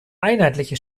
einheitliche